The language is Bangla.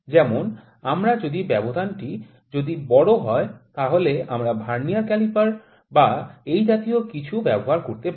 যেমন আমরা যদি ব্যবধানটি যদি বড় হয় তাহলে আমরা ভার্নিয়ার ক্যালিপার্স বা এই জাতীয় কিছু ব্যবহার করতে পারি